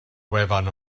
wefan